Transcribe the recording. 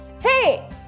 Hey